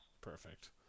Perfect